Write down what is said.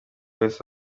wese